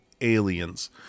aliens